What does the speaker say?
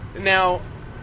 Now